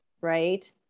right